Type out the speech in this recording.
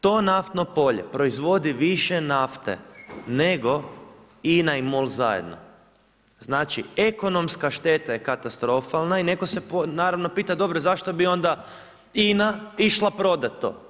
To naftno polje proizvodi više nafte nego INA i MOL zajedno, znači ekonomska šteta je katastrofalna i neko se naravno pita dobro zašto bi onda INA išla prodat to.